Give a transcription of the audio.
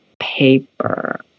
paper